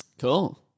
Cool